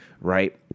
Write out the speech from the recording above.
Right